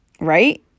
right